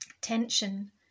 tension